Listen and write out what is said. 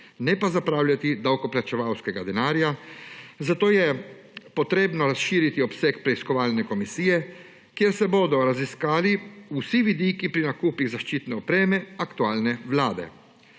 ne pa zapravljati davkoplačevalskega denarja. Zato je potrebno razširiti obseg preiskovalne komisije, kjer se bodo raziskali vsi vidiki pri nakupih zaščitne opreme aktualne vlade.